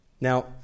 Now